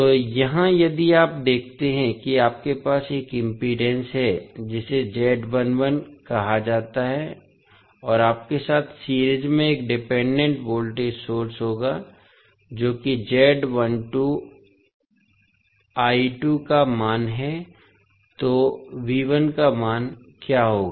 तो यहाँ यदि आप देखते हैं कि आपके पास एक इम्पीडेन्स है जिसे कहा जाता है और आपके साथ सीरीज में एक डिपेंडेंट वोल्टेज सोर्स होगा जो कि का मान है तो का मान क्या होगा